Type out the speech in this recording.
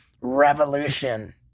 revolution